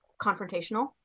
confrontational